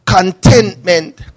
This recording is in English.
contentment